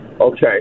Okay